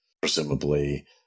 Presumably